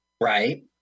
Right